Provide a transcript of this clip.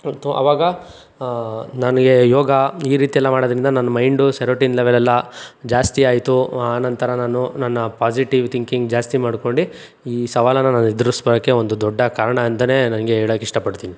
ಆಯಿತು ಅವಾಗ ನನಗೆ ಯೋಗ ಈ ರೀತಿಯೆಲ್ಲ ಮಾಡೋದರಿಂದ ನನ್ನ ಮೈಂಡು ಸೆರೋಟಿನ್ ಲೆವೆಲೆಲ್ಲ ಜಾಸ್ತಿ ಆಯಿತು ಆನಂತರ ನಾನು ನನ್ನ ಪಾಸಿಟಿವ್ ಥಿಂಕಿಂಗ್ ಜಾಸ್ತಿ ಮಾಡ್ಕೊಂಡು ಈ ಸವಾಲನ್ನು ನಾನು ಎದುರಿಸ್ಕೊಳ್ಳೋಕೆ ಒಂದು ದೊಡ್ಡ ಕಾರಣ ಅಂತಲೇ ನನಗೆ ಹೇಳೋಕೆ ಇಷ್ಟಪಡ್ತೀನಿ